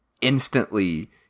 instantly